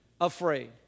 afraid